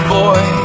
boy